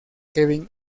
kevin